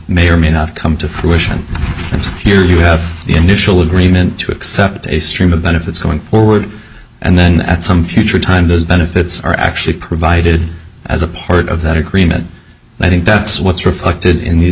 may or may not come to fruition and so here you have the initial agreement to accept a stream of benefits going forward and then at some future time those benefits are actually provided as a part of that agreement and i think that's what's